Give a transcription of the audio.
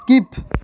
skip